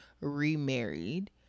remarried